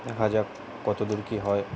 দেখা যাক কত দূর কি হয়